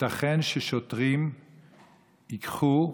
ייתכן ששוטרים ייקחו,